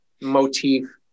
motif